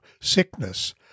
sickness